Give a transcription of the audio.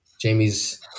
Jamie's